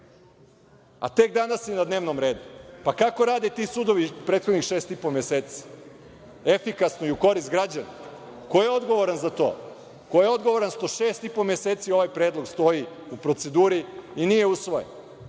Tek danas je na dnevnom redu. Kako rade ti sudovi prethodnih šest i po meseci? Efikasno i u korist građana? Ko je odgovoran za to? Ko je odgovoran što šest i po meseci ovaj predlog stoji u proceduri i nije usvojen?